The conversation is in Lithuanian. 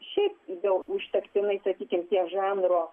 šiaip jau užtektinai sakykim žanro